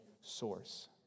source